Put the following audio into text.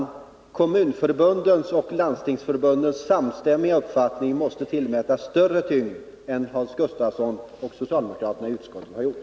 Man måsta tillmäta Kommunförbundets och Landstingsförbundets samstämmiga uppfattning större tyngd än vad Hans Gustafsson och socialdemokraterna i utskottet har gjort.